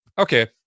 Okay